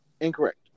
Incorrect